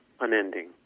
unending